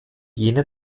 jene